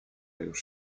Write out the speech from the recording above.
już